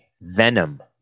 Venom